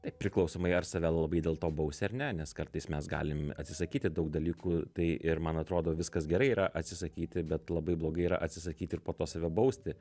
tai priklausomai ar save labai dėl to bausi ar ne nes kartais mes galim atsisakyti daug dalykų tai ir man atrodo viskas gerai yra atsisakyti bet labai blogai yra atsisakyti ir po to save bausti